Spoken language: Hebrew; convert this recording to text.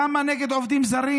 למה נגד עובדים זרים?